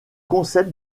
concept